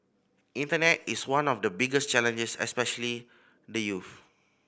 internet is one of the biggest challenges especially the youths